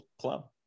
club